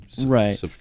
Right